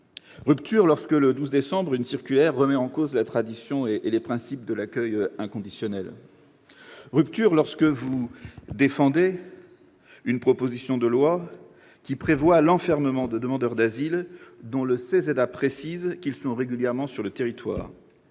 Rupture, lorsque le 12 décembre dernier, une circulaire remet en cause la tradition et les principes de l'accueil inconditionnel. Rupture, lorsque vous défendez une proposition de loi qui prévoit l'enfermement de demandeurs d'asile dont le code de l'entrée et du séjour